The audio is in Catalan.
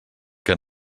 que